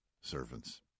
servants